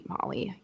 Molly